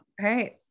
right